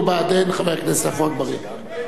ו"בעדין" חבר הכנסת עפו אגבאריה.